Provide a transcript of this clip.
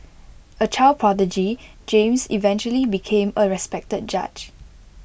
A child prodigy James eventually became A respected judge